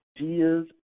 ideas